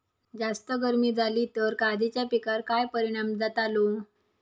जास्त गर्मी जाली तर काजीच्या पीकार काय परिणाम जतालो?